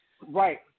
Right